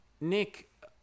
Nick